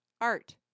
Art